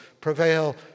prevail